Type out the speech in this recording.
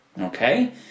okay